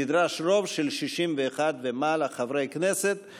נדרש רוב של 61 חברי הכנסת ומעלה.